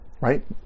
right